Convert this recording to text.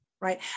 right